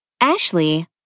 Ashley